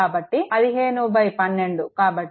కాబట్టి 15 12 కాబట్టి అది 1